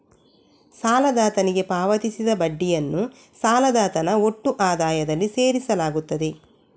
ಸಾಲದಾತನಿಗೆ ಪಾವತಿಸಿದ ಬಡ್ಡಿಯನ್ನು ಸಾಲದಾತನ ಒಟ್ಟು ಆದಾಯದಲ್ಲಿ ಸೇರಿಸಲಾಗುತ್ತದೆ